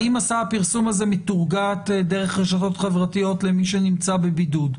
האם מסע הפרסום הזה מטורגט דרך רשתות חברתיות למי שנמצא בבידוד.